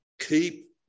keep